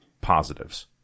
positives